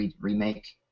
remake